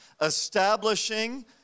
establishing